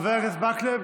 חבר הכנסת מקלב,